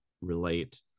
relate